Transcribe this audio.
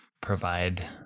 provide